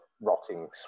rotting